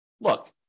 look